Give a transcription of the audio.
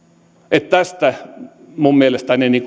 että tästä minun mielestäni